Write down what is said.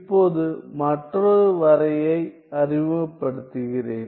இப்போது மற்றொரு வரையறையை அறிமுகப்படுத்துகிறேன்